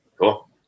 cool